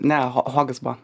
ne hogis buvo